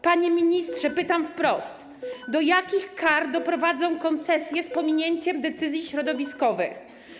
Panie ministrze, pytam wprost: Do jakich kar doprowadzą koncesje z pominięciem decyzji środowiskowych?